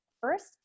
First